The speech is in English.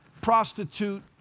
prostitute